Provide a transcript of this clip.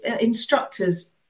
instructors